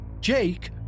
Jake